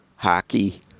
Hockey